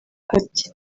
ati